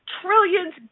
trillions